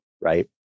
right